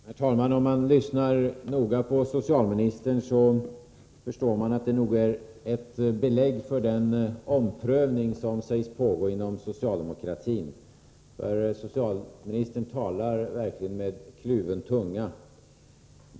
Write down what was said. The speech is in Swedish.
Herr talman! Om man lyssnar noga på socialministern, finner man nog belägg för den omprövning som sägs pågå inom socialdemokratin. Socialministern talar verkligen med kluven tunga.